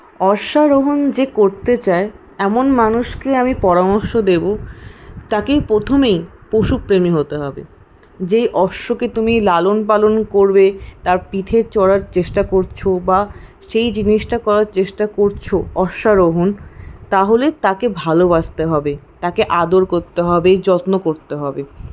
অশ্বারোহণ যে করতে চায় এমন মানুষকে আমি পরামর্শ দেবো তাকে প্রথমেই পশুপ্রেমী হতে হবে যেই অশ্বকে তুমি লালনপালন করবে তার পিঠে চড়ার চেষ্টা করছো বা সেই জিনিসটা করার চেষ্টা করছো অশ্বারোহণ তাহলে তাকে ভালোবাসতে হবে তাকে আদর করতে হবে যত্ন করতে হবে